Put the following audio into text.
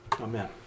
Amen